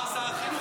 אה, אמר שר החינוך?